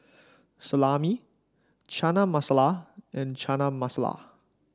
Salami Chana Masala and Chana Masala